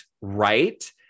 right